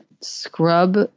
scrub